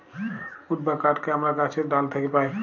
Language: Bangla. উড বা কাহাঠকে আমরা গাহাছের ডাহাল থ্যাকে পাই